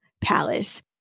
palace